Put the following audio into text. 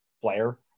player